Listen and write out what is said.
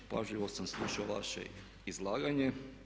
Pažljivo sam slušao vaše izlaganje.